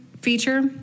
feature